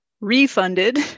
refunded